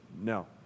No